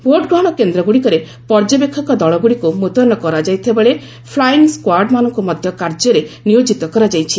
vote ଗ୍ରହଣ କେନ୍ଦ୍ରଗୁଡ଼ିକରେ ପର୍ଯ୍ୟବେକ୍ଷକଦଳଗୁଡ଼ିକୁ ମୁତୟନ କରାଯାଇଥିବା ବେଳେ ଫ୍ଲାଇଙ୍ଗ୍ ସ୍କାର୍ଡମାନଙ୍କୁ ମଧ୍ୟ କାର୍ଯ୍ୟରେ ନିୟୋଜିତ କରାଯାଇଛି